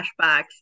flashbacks